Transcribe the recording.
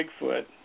Bigfoot